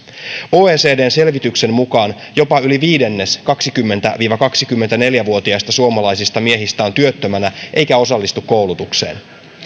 oecdn selvityksen mukaan jopa yli viidennes kaksikymmentä viiva kaksikymmentäneljä vuotiaista suomalaisista miehistä on työttömänä eikä osallistu koulutukseen